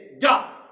God